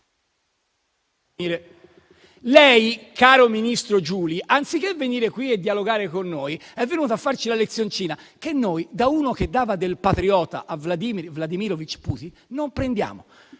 lei, caro ministro Giuli, anziché venire qui e dialogare con noi, è venuto a farci la lezioncina, che noi, da uno che dava del patriota a Vladimir Vladimirovich Putin, non prendiamo.